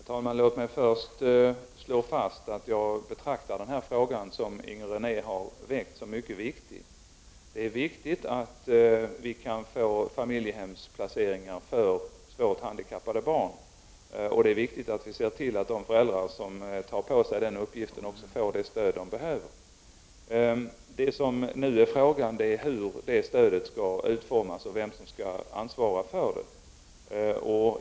Herr talman! Låt mig först slå fast att jag betraktar den fråga som Inger René har väckt som mycket viktig. Det är viktigt att svårt handikappade barn kan få familjehemsplacering, och det är viktigt att se till att de föräldrar som tar på sig den uppgiften också får det stöd de behöver. Vad frågan nu gäller är hur detta stöd skall utformas och vem som skall ansvara för det.